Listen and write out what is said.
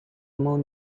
moon